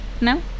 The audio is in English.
No